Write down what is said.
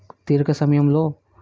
తీరిక సమయంలో